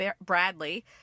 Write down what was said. Bradley